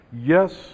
Yes